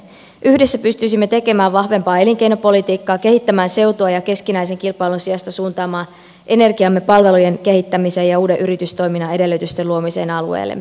yhdessä pystyisimme tekemään vahvempaa elinkeinopolitiikkaa kehittämään seutua ja keskinäisen kilpailun sijasta suuntaamaan energiamme palvelujen kehittämiseen ja uuden yritystoiminnan edellytysten luomiseen alueellemme